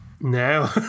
No